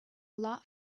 lot